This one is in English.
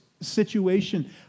situation